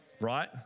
right